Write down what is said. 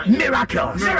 miracles